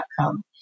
outcome